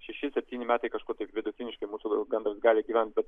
šeši septyni metai kažkur taip vidutiniški mūsų gandras gali gyvent bet